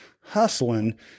Hustling